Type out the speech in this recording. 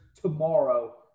tomorrow